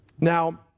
Now